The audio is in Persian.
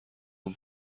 اون